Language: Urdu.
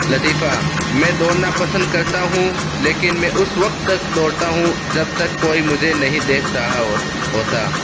لطیفہ میں دوڑنا پسند کرتا ہوں لیکن میں اس وقت تک دوڑتا ہوں جب تک کوئی مجھے نہیں دیکھ رہا ہوتا